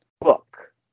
book